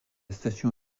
station